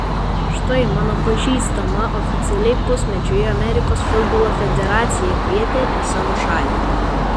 štai mano pažįstamą oficialiai pusmečiui amerikos futbolo federacija kvietė į savo šalį